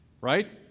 Right